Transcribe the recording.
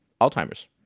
Alzheimer's